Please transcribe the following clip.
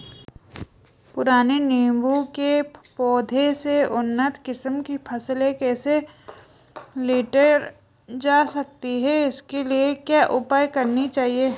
पुराने नीबूं के पौधें से उन्नत किस्म की फसल कैसे लीटर जा सकती है इसके लिए क्या उपाय करने चाहिए?